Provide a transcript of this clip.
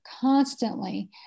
constantly